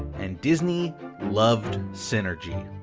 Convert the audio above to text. and disney loved synergy.